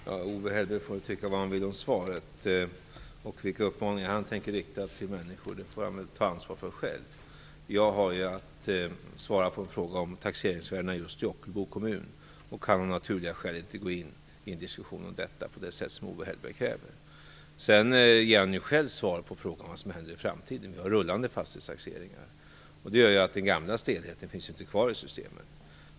Herr talman! Owe Hellberg får tycka vad han vill om svaret, och vilka uppmaningar han tänker rikta till människor får han ta ansvar för själv. Jag har att svara på en fråga om taxeringsvärdena just i Ockelbo kommun och kan av naturliga skäl inte gå in i en diskussion om detta på det sätt som Owe Hellberg kräver. Han ger ju själv svar på frågan vad som händer i framtiden. Vi har rullande fastighetstaxeringar, och det gör att den gamla stelheten inte finns kvar i systemet.